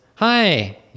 Hi